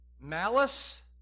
malice